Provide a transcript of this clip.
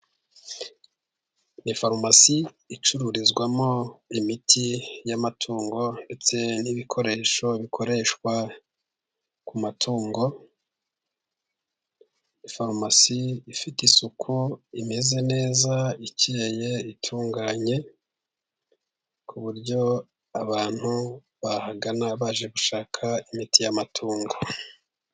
Ni farumasi icururizwamo imiti y'amatungo ndetse n'ibikoresho bikoreshwa ku matungo, farumasi ifite isuku imeze neza ikeye itunganye, ku buryo abantu bahagana baje gushaka imiti y'amatungo.